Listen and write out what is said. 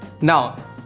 Now